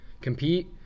compete